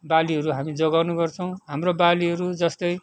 बालीहरू हामी जोगाउने गर्छौँ हाम्रो बालीहरू जस्तै